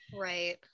right